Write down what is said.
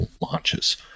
launches